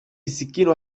السكين